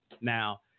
Now